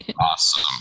Awesome